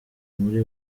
muri